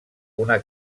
una